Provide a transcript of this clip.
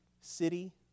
City